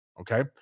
Okay